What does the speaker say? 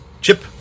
Chip